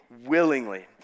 willingly